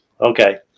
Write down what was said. okay